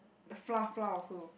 the flour flour also